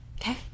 okay